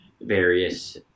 various